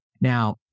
Now